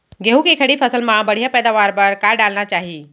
गेहूँ के खड़ी फसल मा बढ़िया पैदावार बर का डालना चाही?